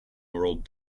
world